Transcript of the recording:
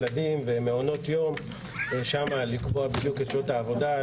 ילדים ומעונות יום ושם לקבוע בדיוק את שעות העבודה.